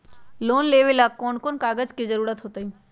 Loan लेवेला कौन कौन कागज के जरूरत होतई?